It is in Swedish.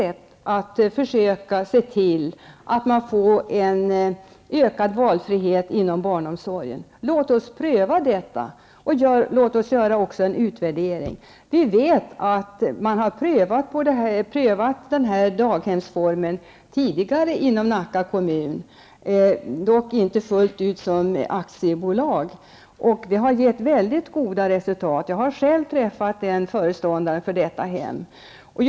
Vårt förslag går ut på att skapa en ökad valfrihet inom barnomsorgen. Låt oss pröva detta och därefter göra en utvärdering. Den här daghemsformen har tidigare prövats i Nacka kommun, dock inte fullt ut i form av ett aktiebolag. Resultatet har varit mycket gott. Jag har själv träffat en föreståndare för detta daghem som vitsordar detta.